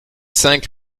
cinq